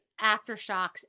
aftershocks